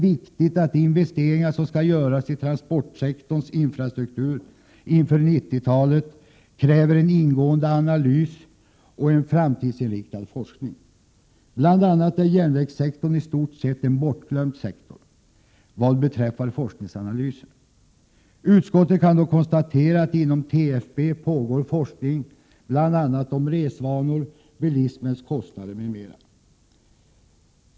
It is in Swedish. De investeringar som skall göras i transportsektorns infrastruktur inför 90-talet kräver en ingående analys och en framtidsinriktad forskning. Bl.a. är järnvägssektorn i stort sett en bortglömd sektor vad beträffar forskningsanalyser. Utskottet kan dock konstatera att det inom TFB pågår forskning om resvanor, bilismens kostnader m.m.